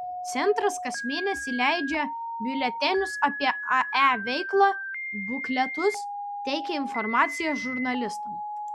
centras kas mėnesį leidžia biuletenius apie ae veiklą bukletus teikia informaciją žurnalistams